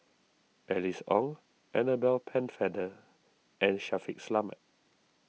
Alice Ong Annabel Pennefather and Shaffiq Selamat